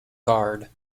guard